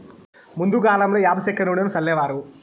ముందు కాలంలో యాప సెక్క నూనెను సల్లేవారు